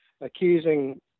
accusing